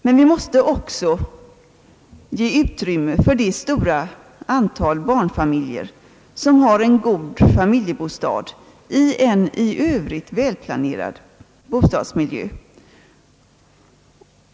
Men vi måste också ge utrymme för det stora antal barnfamiljer som har en god familjebostad i en i övrigt välplanerad bostadsmiljö.